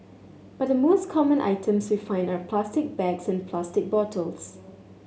but the most common items we find are plastic bags and plastic bottles